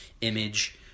Image